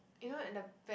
you know at the back